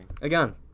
again